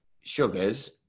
sugars